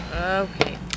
Okay